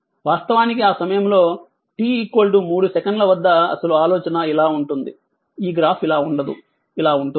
వాస్తవానికి ఆ సమయంలో t 3 సెకన్ల వద్ద అసలు ఆలోచన ఇలా ఉంటుంది ఈ గ్రాఫ్ ఇలా ఉంటుంది